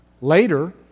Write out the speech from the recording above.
Later